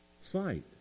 Sight